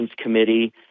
Committee